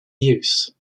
use